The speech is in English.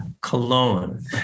cologne